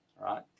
right